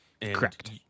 Correct